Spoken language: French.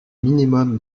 minimum